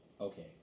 Okay